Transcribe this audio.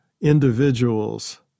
individuals